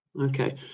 okay